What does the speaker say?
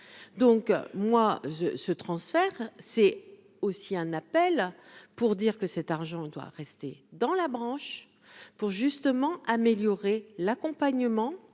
donc moi ce transfert, c'est aussi un appel pour dire que cet argent doit rester dans la branche pour justement améliorer l'accompagnement